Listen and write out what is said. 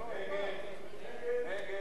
במועצות